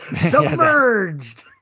submerged